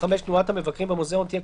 תנועת המבקרים במוזיאון תהיה,